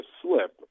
slip